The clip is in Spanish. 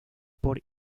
por